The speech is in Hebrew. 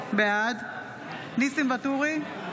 בעד ניסים ואטורי,